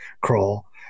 crawl